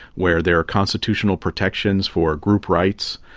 where there are constitutional protections for group rights.